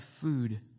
food